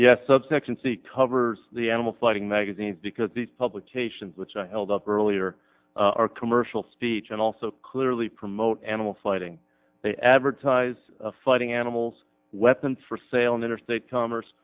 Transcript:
yes subsection c covers the animal fighting magazine because these publications which i held up earlier are commercial speech and also clearly promote animal fighting they advertise fighting animals weapons for sale in interstate commerce